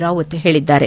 ರಾವತ್ ಹೇಳಿದ್ದಾರೆ